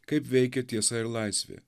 kaip veikia tiesa ir laisvė